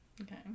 Okay